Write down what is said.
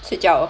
睡觉